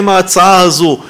עם ההצעה הזאת,